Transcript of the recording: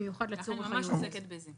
היא ממש עוסקת בזה.